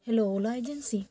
hello ola agency